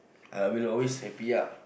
I will always happy ah